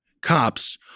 cops